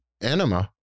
enema